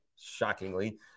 shockingly